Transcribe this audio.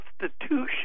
Constitution